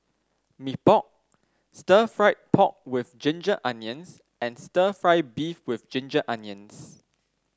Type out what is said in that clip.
Mee Pok Stir Fried Pork with Ginger Onions and stir fry beef with Ginger Onions